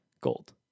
Gold